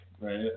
Right